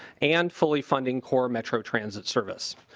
and fully funding for metro transit service.